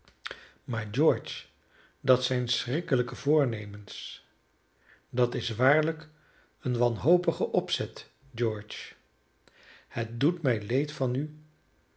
maar george dat zijn schrikkelijke voornemens dat is waarlijk een wanhopig opzet george het doet mij leed van u